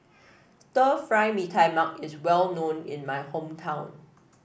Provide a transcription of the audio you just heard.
Stir Fry Mee Tai Mak is well known in my hometown